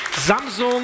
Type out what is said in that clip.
Samsung